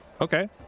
okay